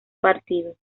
partidos